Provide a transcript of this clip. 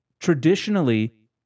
Traditionally